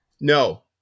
No